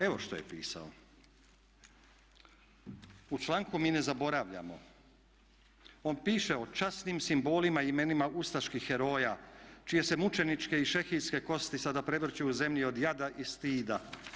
Evo što je pisao, u članku "Mi ne zaboravljamo" on piše o časnim simbolima i imenima ustaških heroja čije se mučeničke i šehijske kosti sada prevrću u zemlji od jada i stida.